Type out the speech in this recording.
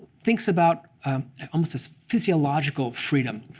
thinks about almost this physiological freedom.